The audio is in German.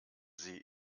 sie